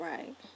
Right